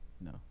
no